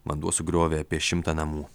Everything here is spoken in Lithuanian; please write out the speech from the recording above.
vanduo sugriovė apie šimtą namų